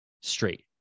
straight